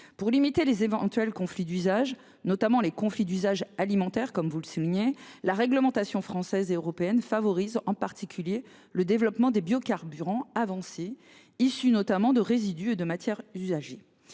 Pour limiter les éventuels conflits d’usage, en particulier en matière alimentaire, les réglementations française et européenne favorisent en particulier le développement des biocarburants avancés, issus notamment de résidus et de matières usagées.